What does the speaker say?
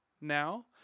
now